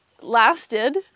lasted